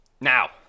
Now